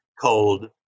cold